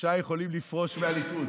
ששלושה יכולים לפרוש מהליכוד.